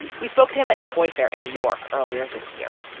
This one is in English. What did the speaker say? we spoke to him at toy fair in new york earlier this year.